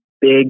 big